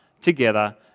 together